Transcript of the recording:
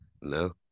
No